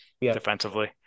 defensively